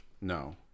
No